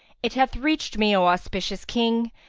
it hath reached me, o auspicious king,